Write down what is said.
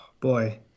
Boy